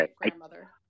grandmother